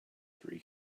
three